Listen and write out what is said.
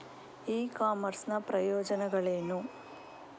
E commerce ನ ಪ್ರಯೋಜನಗಳೇನು?